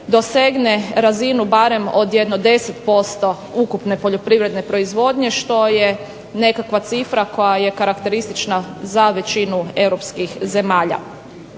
dosegne razinu barem od jedno 10% ukupne poljoprivredne proizvodnje što je nekakva cifra koja je karakteristična za većinu europskih zemalja.